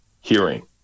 hearing